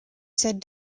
said